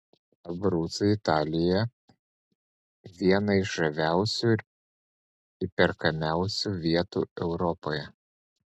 abrucai italijoje viena iš žaviausių ir įperkamiausių vietų europoje